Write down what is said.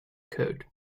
code